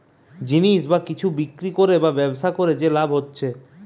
জিনিস বা কিছু বিক্রি করে বা ব্যবসা করে যে লাভ হতিছে